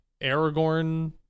Aragorn